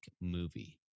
movie